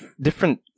different